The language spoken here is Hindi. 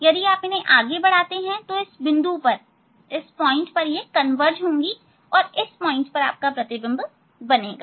यदि आप इन्हें आगे बढ़ाते हैं तो यह इस बिंदु पर कन्वर्ज होंगी प्रतिबिंब यहां बनेगा